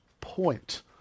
point